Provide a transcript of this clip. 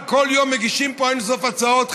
כל יום מגישים פה אין סוף הצעות,